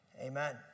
Amen